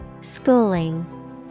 Schooling